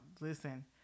Listen